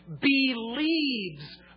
believes